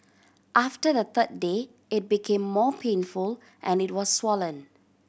after the third day it became more painful and it was swollen